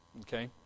Okay